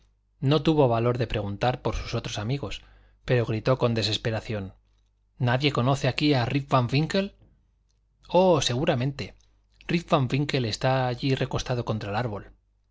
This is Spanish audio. no tuvo valor de preguntar por sus otros amigos pero gritó con desesperación nadie conoce aquí a rip van winkle oh seguramente rip van winkle está allí recostado contra el árbol